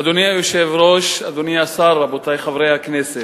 אדוני היושב-ראש, אדוני השר, רבותי חברי הכנסת,